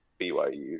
BYU